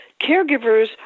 caregivers